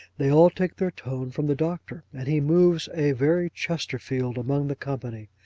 they all take their tone from the doctor and he moves a very chesterfield among the company.